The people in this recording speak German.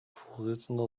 vorsitzender